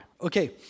Okay